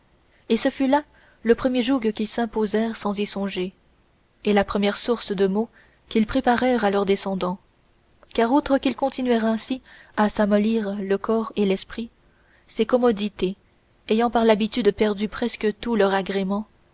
et ce fut là le premier joug qu'ils s'imposèrent sans y songer et la première source de maux qu'ils préparèrent à leurs descendants car outre qu'ils continuèrent ainsi à s'amollir le corps et l'esprit ces commodités ayant par l'habitude perdu presque tout leur agrément